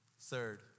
Third